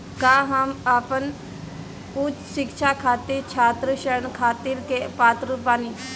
का हम अपन उच्च शिक्षा खातिर छात्र ऋण खातिर के पात्र बानी?